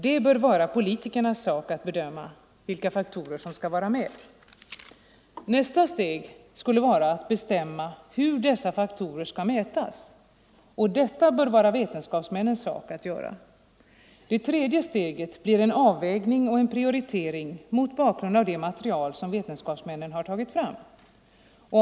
Det bör vara politikernas sak att bedöma vilka faktorer som bör vara med. Nästa steg skulle vara att bestämma hur dessa faktorer skall mätas. Det bör vara vetenskapsmännens sak att göra. Det tredje steget blir en avvägning och en prioritering mot bakgrund av det material som vetenskapsmännen har tagit fram.